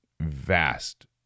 vast